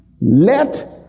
Let